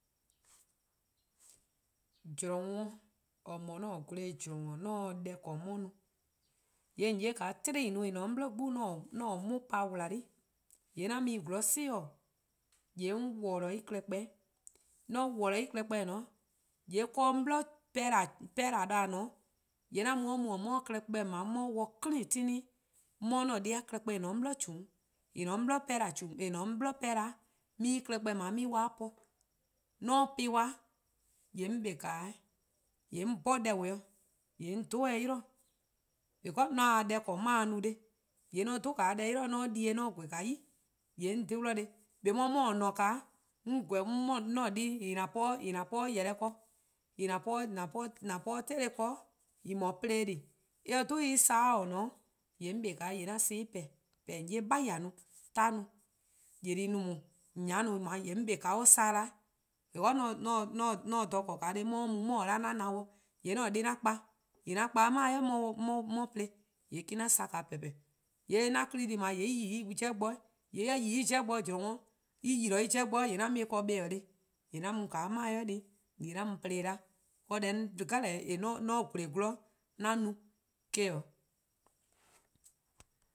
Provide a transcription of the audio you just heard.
Zorn :we-eh: :eh no-a 'an-a' :gwlee: :zorn-weh-eh 'on se-a deh 'ble-dih 'on 'ye-a no, :yee' :on 'ye 'an-a' 'tiei: :en :ne-a 'de 'on bo 'gbu :en no-a 'an m o-' 'pa-wla-ih :yee' 'an mu-ih 'zorn 'si-dih, :yee' 'on worlor: en-' klehkpeh 'weh, :mor 'on worlor: en-' klehkpeh :dao', :yee' 'de 'on 'bli 'pehn-dih :dha :or :ne-a 'o :yee' 'an mu 'on 'ye 'de-a klehkpeh-dih clean 'tihnih, 'on 'ye deh-a klehkpeh :en :ne-a 'de 'on 'bli 'pehn 'da 'on 'ye en-' klehkpeh 'kpa po. :mor 'on po-ih 'kpa, :yee' 'on 'kpa 'o 'weh, :yee' 'on 'bhorn deh-beh-dih :yee' 'on dhe-eh 'o 'yli-dih, because 'on se-a deh :korn 'on 'ye-a no :neheh', :yee' :mor 'on 'dhe 'o deh 'yli-dih 'on di-eh 'on :gweh 'i :yee' 'on :dhe-dih :neheh, :eh 'beh 'mor :on :ne-a 'o 'on :gweh 'an deh+ :en 'an po-a 'o table ken :en no-a plo-deh+, :mor eh 'dhu en-' san 'o :or :ne 'o, :yee' 'on 'kpa 'o 'an san-ih :peh :peh, 'on 'ye 'beheh: 'i 'torn 'i-: :belih 'i :daa, :nyaa 'i :daa :yee' 'on kpa 'o en-' san-dih 'weh, because 'on se dha :korn :neheh' 'on 'ye mo 'on 'ya-a 'o 'an na-dih. 'An-a' deh+ 'an 'kpa, 'an 'kpa 'de 'de 'mae' 'on 'ye-a plo :yee' me-: 'an san :peh :peh. :yee' 'an 'kpa deh+ :yee' en yi en 'jeh bo 'weh. :yee' :mor en yi en ;jeh 'weh-eh :dao' :mor en yi-dih en 'jeh bo :yee' 'an mu ken 'kpa-' :neheh, :yee' ;an m ju 'de 'mae: 'i 'na u plo-dih. :yee deh deh 'jeh :mor 'on gwle :gwlor 'an no-a eh- 'o